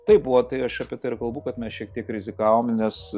taip buvo tai aš apie tai ir kalbu kad mes šiek tiek rizikavom nes